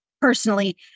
personally